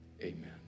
amen